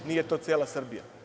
Nije to cela Srbija.